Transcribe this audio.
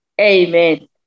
amen